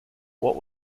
what